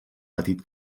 petit